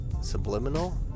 subliminal